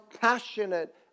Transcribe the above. passionate